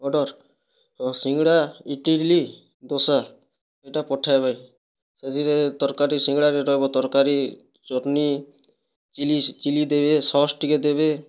order ସିଙ୍ଗଡ଼ା ଇଟ୍ଲି ଦୋସା ଏଇଟା ପଠାଇବେ ସେଥିରେ ତରକାରୀ ସିଙ୍ଗଡ଼ାରେ ରହିବ ତରକାରୀ ଚଟ୍ନୀ ଚିଲ୍ଲି ଚିଲ୍ଲି ଦେବେ ସସ୍ ଟିକେ ଦେବେ